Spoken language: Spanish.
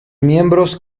miembros